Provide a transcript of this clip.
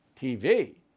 TV